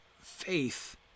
faith